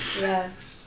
yes